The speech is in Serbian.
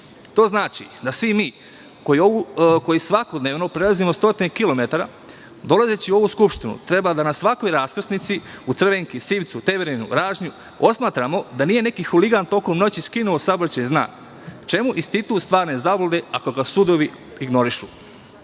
To znači da svi mi koji svakodnevno prelazimo stotine kilometara dolazeći u ovu Skupštinu treba da na svakoj raskrsnici u Crvenki, Temerinu, osmatramo da nije neki huligan u toku noći skinuo saobraćajni znak. Čemu institut stvarne zablude ako ga sudovi ignorišu?S